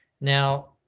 Now